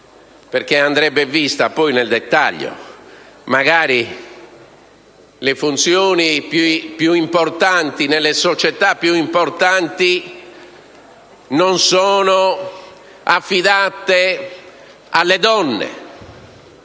che andrebbe poi vista nel dettaglio. Magari le funzioni più importanti, nelle società più importanti, non sono affidate alle donne,